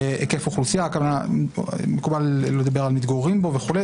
היקף אוכלוסייה, מקובל לדבר על המתגוררים בו וכו'.